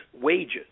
wages